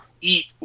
eat